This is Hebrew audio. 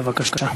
בבקשה.